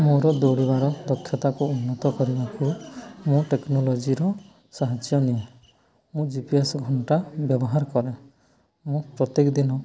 ମୋର ଦୌଡ଼ିବାର ଦକ୍ଷତାକୁ ଉନ୍ନତ କରିବାକୁ ମୁଁ ଟେକ୍ନୋଲୋଜିର ସାହାଯ୍ୟ ନିଏ ମୁଁ ଜି ପି ଏସ୍ ଘଣ୍ଟା ବ୍ୟବହାର କରେ ମୁଁ ପ୍ରତ୍ୟେକ ଦିନ